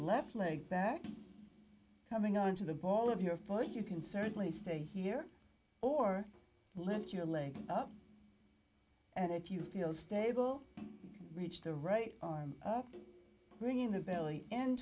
left leg back coming on to the ball of your fight you can certainly stay here or let your leg up and if you feel stable reach the right arm bring in the belly and